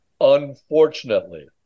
Unfortunately